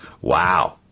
Wow